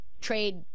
trade